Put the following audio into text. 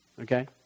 Okay